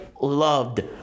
loved